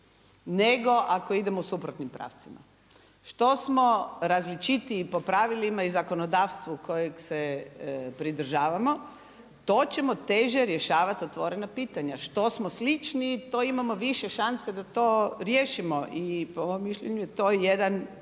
nego ako idemo suprotnim pravcima. Što smo različitiji po pravilima i zakonodavstvu kojeg se pridržavamo to ćemo teže rješavati otvorena pitanja. Što smo sličniji to imamo više šanse da to riješimo i po mom mišljenju je to jedan